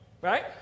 right